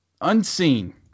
Unseen